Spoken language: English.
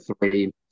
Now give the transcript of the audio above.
three